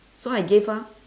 so I gave her